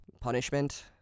Punishment